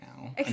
now